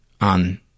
on